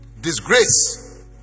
disgrace